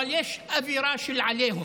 אבל יש אווירה של עליהום.